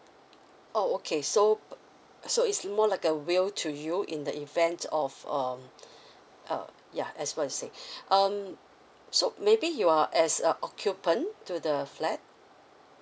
oh okay so so it's more like a will to you in the event of um uh ya as well as sick um so maybe you are as a occupant to the flat